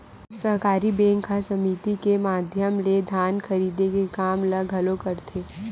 सहकारी बेंक ह समिति के माधियम ले धान खरीदे के काम ल घलोक करथे